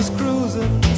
cruising